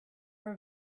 her